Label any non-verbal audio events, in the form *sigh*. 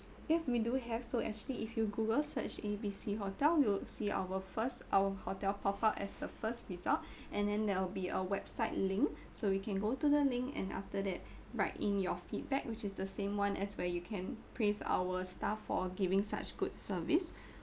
yes we do have so actually if you google search A B C hotel you will see our first our hotel profile as the first result *breath* and then there will be a website link so you can go to the link and after that write in your feedback which is the same one as where you can praise our staff for giving such good service